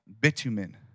bitumen